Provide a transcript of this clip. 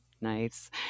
Nice